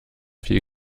viel